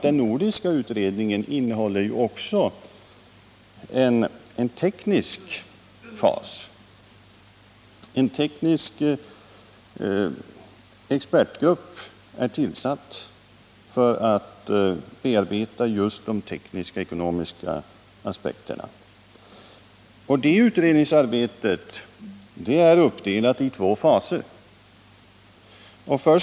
Den nordiska utredningen innehåller också en teknisk del. En teknisk expertgrupp är tillsatt för att bearbeta just de teknisk-ekonomiska aspekterna. Det utredningsarbetet är uppdelat i två faser.